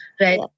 right